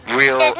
real